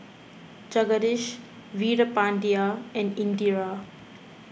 Jagadish Veerapandiya and Indira